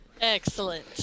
Excellent